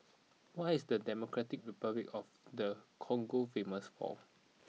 what is Democratic Republic of the Congo famous for